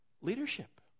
leadership